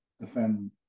defend